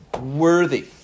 Worthy